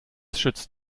schützt